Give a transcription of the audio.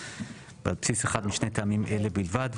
ועל בסיס אחד משני טעמים אלה בלבד,